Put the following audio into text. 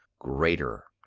greater.